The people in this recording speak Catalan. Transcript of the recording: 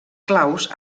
claus